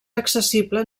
accessible